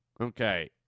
Okay